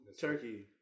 turkey